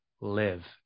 live